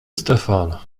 stefan